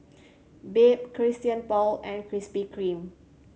Bebe Christian Paul and Krispy Kreme